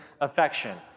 affection